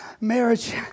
Marriage